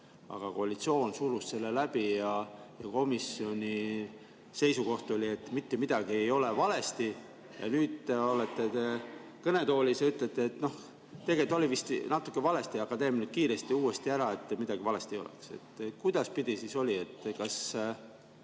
aga koalitsioon surus selle läbi. Komisjoni seisukoht oli, et mitte midagi ei ole valesti. Nüüd olete te kõnetoolis ja ütlete, et noh, tegelikult oli vist jah natuke valesti, aga teeme nüüd kiiresti uuesti ära, et midagi valesti ei oleks. Kuidas siis oli? Kas